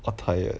how tired